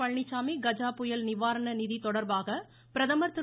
பழனிச்சாமி கஜாபுயல் நிவாரண நிதி தொடர்பாக பிரதமர் திரு